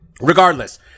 Regardless